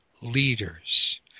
leaders